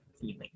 feeling